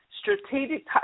strategic